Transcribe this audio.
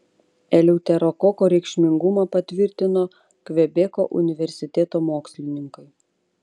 eleuterokoko reikšmingumą patvirtino kvebeko universiteto mokslininkai